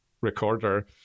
recorder